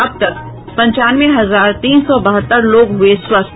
अब तक पंचानवे हजार तीन सौ बहत्तर लोग हुये स्वस्थ